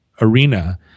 arena